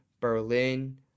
Berlin